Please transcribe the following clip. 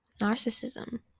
narcissism